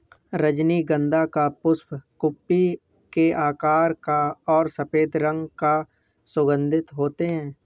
रजनीगंधा का पुष्प कुप्पी के आकार का और सफेद रंग का सुगन्धित होते हैं